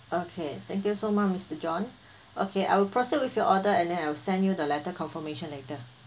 okay thank you so much mister john okay I will proceed with your order and then I'll send you the letter confirmation later